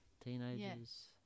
teenagers